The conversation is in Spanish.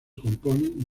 componen